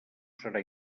serà